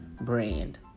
brand